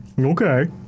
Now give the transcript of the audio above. Okay